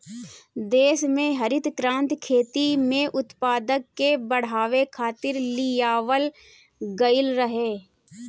देस में हरित क्रांति खेती में उत्पादन के बढ़ावे खातिर लियावल गईल रहे